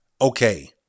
okay